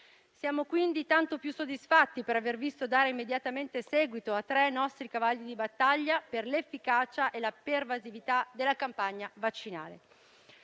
Siamo quindi tanto più soddisfatti per aver visto dare immediatamente seguito a tre nostri cavalli di battaglia per l'efficacia e la pervasività della campagna vaccinale.